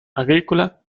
agrícola